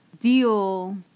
deal